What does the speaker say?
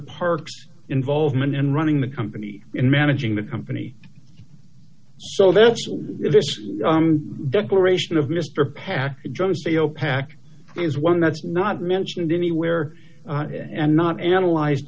parks involvement in running the company and managing the company so that's why this declaration of mr package on sale pack is one that's not mentioned anywhere and not analyzed